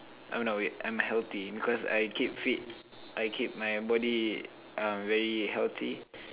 oh no wait I'm healthy because I keep fit I keep my body uh very healthy